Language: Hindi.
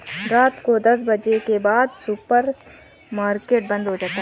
रात को दस बजे के बाद सुपर मार्केट बंद हो जाता है